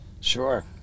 Sure